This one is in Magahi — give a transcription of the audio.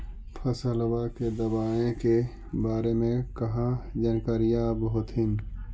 फसलबा के दबायें के बारे मे कहा जानकारीया आब होतीन?